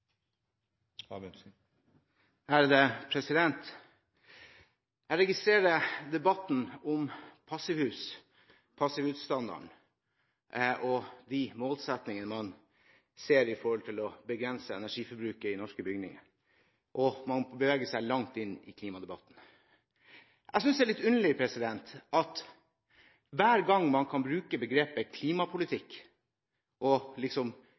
er framtidsretta. Jeg registrerer at man i debatten om passivhus, passivhusstandarden og målsetningene man har når det gjelder å begrense energiforbruket i norske bygninger, beveger seg langt inn i klimadebatten. Jeg synes det er underlig at hver gang man kan bruke begrepet «klimapolitikk» og liksom